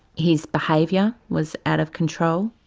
his behaviour was out of control.